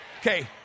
Okay